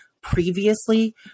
previously